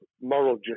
moral